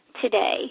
today